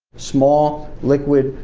small, liquid-core,